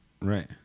right